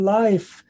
life